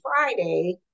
Friday